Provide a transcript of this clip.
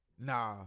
Nah